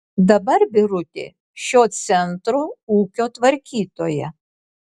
dabar birutė šio centro ūkio tvarkytoja